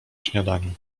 śniadaniu